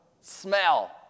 smell